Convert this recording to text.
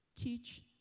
Teach